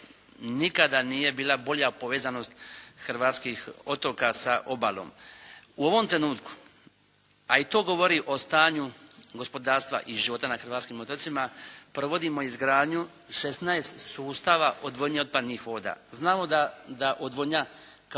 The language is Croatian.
nikada nije bila bolja povezanost hrvatskih otoka sa obalom. U ovom trenutku, a i to govori o stanju gospodarstva i života na hrvatskim otocima provodimo izgradnju 16 sustava odvodnje otpadnih voda. Znamo da odvodnja kao